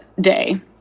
day